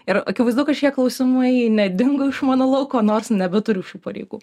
ir akivaizdu kad šie klausimai nedingo iš mano lauko nors nebeturiu šių pareigų